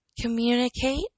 Communicate